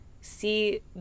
see